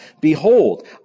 Behold